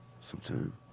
sometime